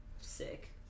Sick